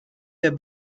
der